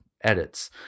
edits